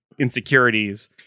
insecurities